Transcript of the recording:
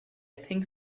think